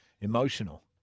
emotional